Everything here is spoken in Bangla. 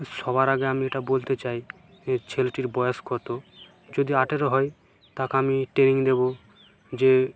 সবার আগে আমি এটা বলতে চাই এ ছেলেটির বয়স কত যদি আঠেরো হয় তাকে আমি ট্রেনিং দেবো যে